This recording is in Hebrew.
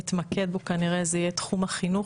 אתמקד בו כנראה זה יהיה תחום החינוך.